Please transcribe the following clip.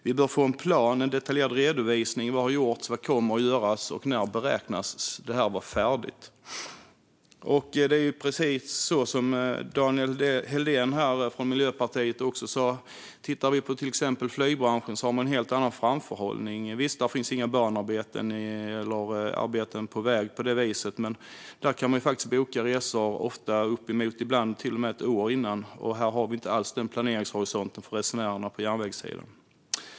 Vi bör få en plan och en detaljerad redovisning av vad som har gjorts, vad som kommer att göras och när det beräknas vara färdigt. Som Daniel Helldén från Miljöpartiet sa har man en helt annan framförhållning i till exempel flygbranschen. Där finns visserligen inga banarbeten eller arbeten på väg, men man kan boka resor ibland till och med upp till ett år innan. En sådan planeringshorisont finns inte alls för resenärerna på järnvägssidan.